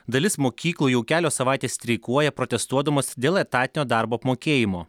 dalis mokyklų jau kelios savaitės streikuoja protestuodamas dėl etatinio darbo apmokėjimo